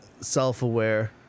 self-aware